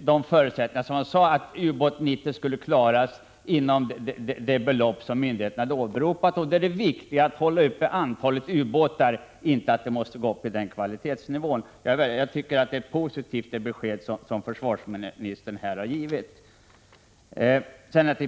de förutsättningar som innebar att Ubåt 90 skulle klaras inom ramen för de belopp som myndigheterna angivit inte längre gäller. Det är viktigt att öka antalet ubåtar, och man måste inte gå upp i kvalitetsnivå. Jag tycker alltså att det besked som försvarsministern här har givit är positivt.